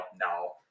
no